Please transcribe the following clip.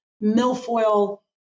milfoil